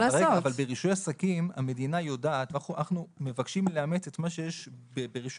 אנחנו מבקשים לאמץ כאן את מה שיש ברישוי